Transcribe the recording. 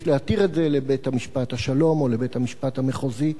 יש להתיר את זה לבית-משפט השלום או לבית-המשפט המחוזי.